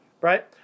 Right